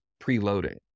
preloading